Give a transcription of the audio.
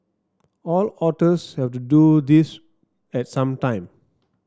all otters have to do this at some time